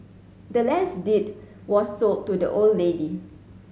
the land's deed was sold to the old lady